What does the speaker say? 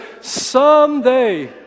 someday